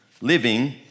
living